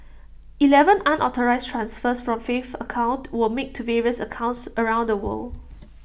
Eleven unauthorised transfers from Faith's account were made to various accounts around the world